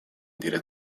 dire